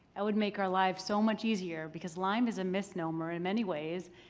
that would make our lives so much easier, because lyme is a misnomer in many ways,